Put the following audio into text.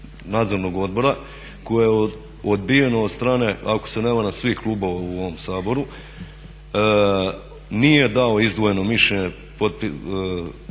nadzornog odbora koje je odbijeno od strane, ako se ne varam, svih klubova u ovom Saboru. Nije dao izdvojeno mišljenje na